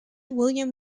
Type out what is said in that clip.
william